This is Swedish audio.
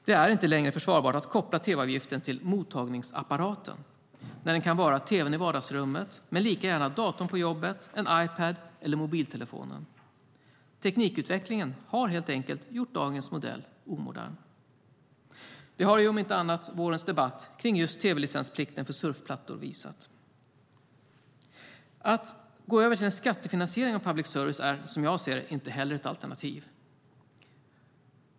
Det är inte längre försvarbart att koppla tv-avgiften till "mottagningsapparaten" när den kan vara tv:n i vardagsrummet men lika gärna datorn på jobbet, en Ipad eller mobiltelefonen. Teknikutvecklingen har helt enkelt gjort dagens modell omodern. Det har om inte annat vårens debatt kring just tv-licensplikten för surfplattor visat. Att gå över till en skattefinansiering av public service är, som jag ser det, inte heller ett alternativ.